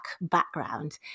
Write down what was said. background